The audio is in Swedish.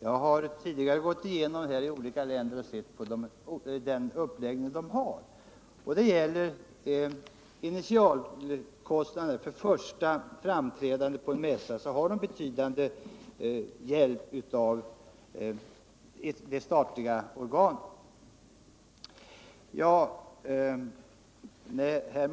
Jag har tidigare från denna talarstol gått igenom den uppläggning som förekommer i olika länder i detta avseende, innebärande att det statliga organet ger ett betydande stöd till initialkostnaden för första framträdandet på en mässa. Herr